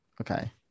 Okay